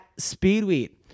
Speedweed